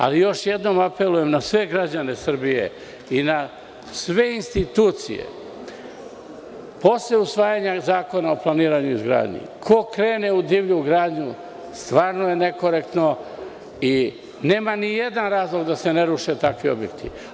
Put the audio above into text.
Ali, još jednom apelujem na sve građane Srbije i na sve institucije, posle usvajanja Zakona o planiranju i izgradnji ko krene u divlju gradnju, stvarno je nekorektno i nema ni jedan razlog da se ne ruše takvi objekti.